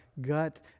gut